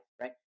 right